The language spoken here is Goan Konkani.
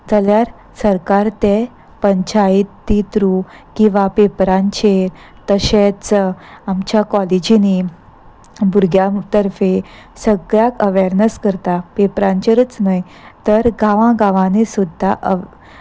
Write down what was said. जाल्यार सरकार ते पंचायती थ्रू किंवा पेपरांचेर तशेंच आमच्या कॉलेजींनी भुरग्यां तर्फे सगळ्याक अवेरनस करता पेपरांचेरूच न्हय तर गांवा गांवांनी सुद्दा